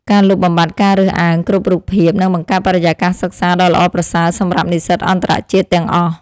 ការលុបបំបាត់ការរើសអើងគ្រប់រូបភាពនឹងបង្កើតបរិយាកាសសិក្សាដ៏ល្អប្រសើរសម្រាប់និស្សិតអន្តរជាតិទាំងអស់។